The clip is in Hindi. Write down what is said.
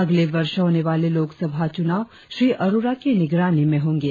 अगले वर्ष होने वाले लोकसभा चुनाव श्री अरोड़ा की निगरानी में होंगे